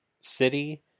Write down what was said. city